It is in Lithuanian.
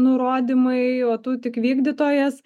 nurodymai o tu tik vykdytojas